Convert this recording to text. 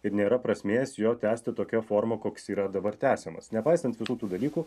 ir nėra prasmės jo tęsti tokia forma koks yra dabar tęsiamas nepaisant visų tų dalykų